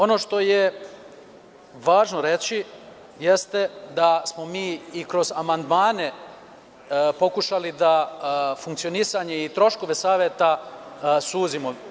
Ono što je važno reći jeste da smo mi i kroz amandmane pokušali da funkcionisanje i troškove Saveta suzimo.